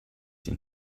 den